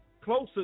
closer